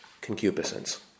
Concupiscence